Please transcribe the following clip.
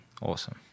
awesome